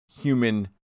human